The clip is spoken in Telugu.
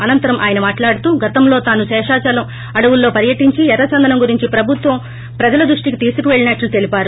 అనంతరం ఆయన మాట్లాడుతూగతంలో తాను శ్రీషాచలం అడవుల్లో పర్యటించి ఎర్రచందనం గురించి ప్రభుత్వప్రజల దృష్టికి తీసుకెళ్చినట్లు తెలిపారు